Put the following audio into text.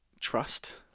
Trust